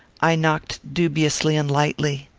i knocked dubiously and lightly.